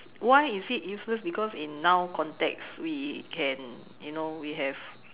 why is it useless because in now context we can you know we have